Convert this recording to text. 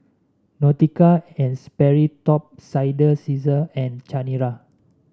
Nautica And Sperry Top Sider Cesar and Chanira